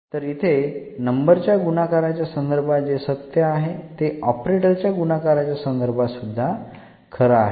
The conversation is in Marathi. तर इथे नंबरच्या गुणाकाराच्या संदर्भात जे सत्य आहे ते ऑपरेटरच्या गुणाकाराच्या संदर्भात सुध्दा खरं आहे